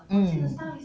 mm